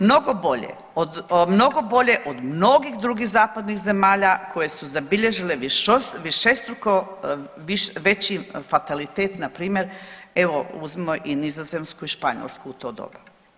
Mnogo bolje od mnogih drugih zapadnih zemalja koje su zabilježile višestruko veći fatalitet npr. evo uzmimo i Nizozemsku i Španjolsku u to doba.